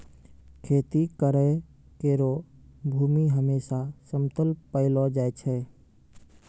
खेती करै केरो भूमि हमेसा समतल पैलो जाय छै